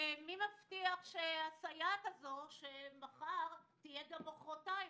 ומי מבטיח שהסייעת הזאת שמחר, תהיה גם מחרתיים?